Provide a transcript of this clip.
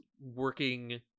working